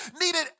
needed